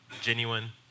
genuine